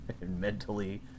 Mentally